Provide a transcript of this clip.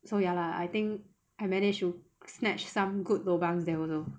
so ya lah I think I managed to snatch some good lobang there also